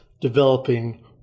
developing